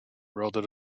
rather